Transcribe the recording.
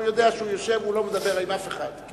הוא יודע שהוא יושב והוא לא מדבר עם אף אחד,